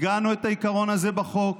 עיגנו את העיקרון הזה בחוק,